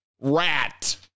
rat